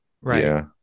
Right